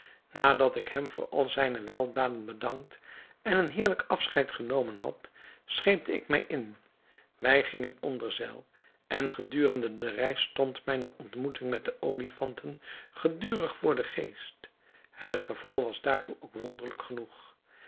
nadat ik hem voor al zijne weldaden bedankt en een heerlijk afscheid genomen had scheepte ik mij in wij gingen onder zeil en gedurende de reis stond mij mijne ontmoeting met de olifanten gedurig voor den geest het geval was daartoe ook wonderlijk genoeg